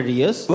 years